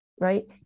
right